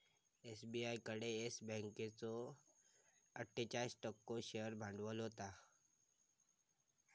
SBI कडे Yes बँकेचो अट्ठोचाळीस टक्को शेअर भांडवल होता